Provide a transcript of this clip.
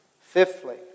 Fifthly